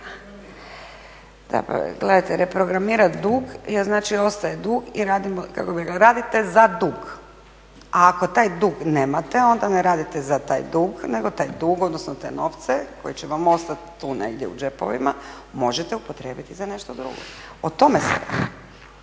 gledajte reprogramirati dug je znači ostaje dug i radimo, kako bih rekla radite za dug. A ako taj dug nemate onda ne radite za taj dug, nego taj dug, odnosno te novce koji će vam ostati tu negdje u džepovima možete upotrijebiti za nešto drugo. O tome se radi,